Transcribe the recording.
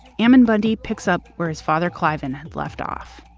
ammon bundy picks up where his father cliven had left off